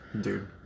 dude